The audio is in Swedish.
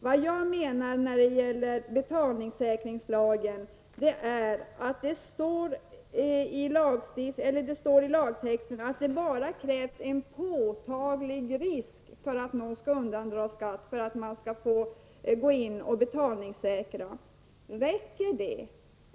Vad jag menar när det gäller betalningssäkringslagen är att det står i lagtexten att det bara krävs en påtaglig risk för att någon skall undandra sig skatt för att man skall få gå in och betalningssäkra. Räcker det?